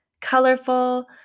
colorful